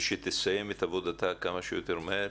ושתסיים את עבודתה כמה שיותר מהר,